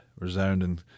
resounding